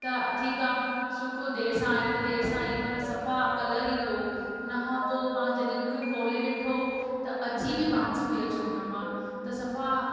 त ठीक आहे शुख़ुर देर सां आई त देर सां आई पर सफ़ा कलर ई ॿियो उन खां पोइ मां जॾहिं उन खे खोले ॾिठो त अजीब ई बांस पई अचे उन मां त सफ़ा